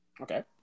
Okay